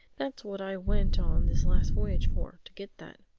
that's what i went on this last voyage for, to get that.